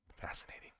Fascinating